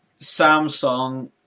Samsung